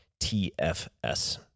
TFS